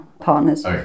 partners